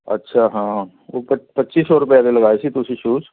ਅੱਛਾ ਹਾਂ ਉਹ ਪੱ ਪੱਚੀ ਸੌ ਰੁਪਏ ਦੇ ਲਗਾਏ ਸੀ ਤੁਸੀਂ ਸ਼ੂਜ